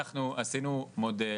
אנחנו עשינו מודל,